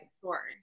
Sure